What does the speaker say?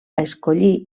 escollir